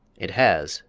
it has,